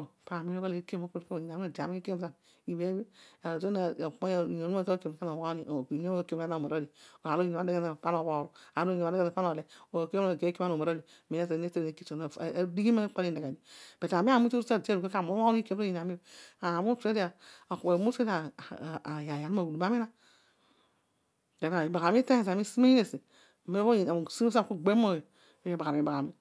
bho. paami umiin ughol iikiom ipabho ibeebhio. Aadon obomoiy oniin onuma no ode onuma neekiom zina ana omoghonio aar lo oniin adeghe anogha zina pana obhooru. ukiom zina mageiy iikiom ana omoghonio miin ezo eena nekin ekitõn nedighi mokpolo ineghedio. but ami ami umnte uru tade bhõ kaami umoghon aliiki tomin ami obho. ami utadio ah ma aghudum amina. libaghani iteny zami isi mesi. asi ma amem õbhõ aami kugbebh mõoy õbhõ piibaghami iibaghami